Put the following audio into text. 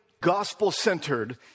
gospel-centered